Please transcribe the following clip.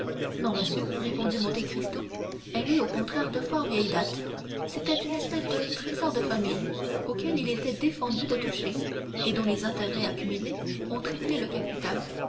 non monsieur répondit monte cristo elle est au contraire de fort vieille date c'était une espèce de trésor de famille auquel il était défendu de toucher et dont les intérêts accumulés ont triplé le capital